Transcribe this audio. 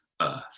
earth